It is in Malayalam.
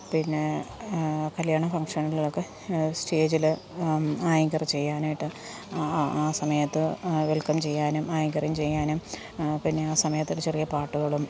പിന്നെ കല്യാണ ഫംഗ്ഷനിലും ഒക്കെ സ്റ്റേജിൽ ആങ്കർ ചെയ്യാനായിട്ട് ആ സമയത്ത് വെൽക്കം ചെയ്യാനും ആങ്കറിങ്ങ് ചെയ്യാനും പിന്നെ ആ സമയത്തൊരു ചെറിയ പാട്ടുകളും